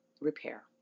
repair